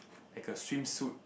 like a swimsuit